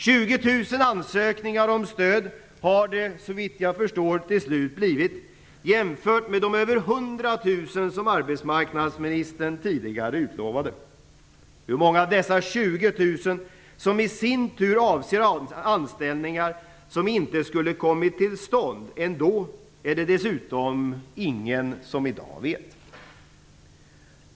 20 000 ansökningar om stöd har det, såvitt jag förstår, till slut blivit, jämfört med de över 100 000 som arbetsmarknadsministern tidigare utlovade. Hur många av dessa 20 000 som i sin tur avser anställningar som inte skulle kommit till stånd annars är det dessutom ingen som i dag vet.